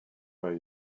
where